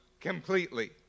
completely